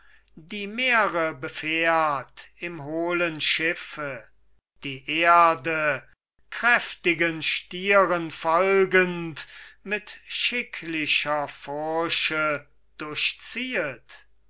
die meere befährt im hohlen schiffe die erde kräftigen stieren folgend mit schicklicher furche durchziehet